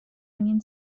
onion